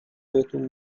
بهتون